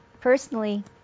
personally